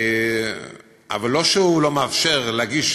אבל לא שהוא לא מאפשר להגיש